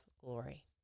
glory